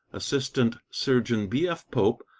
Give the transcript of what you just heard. assistant surgeon b f. pope,